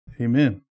Amen